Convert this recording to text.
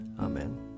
Amen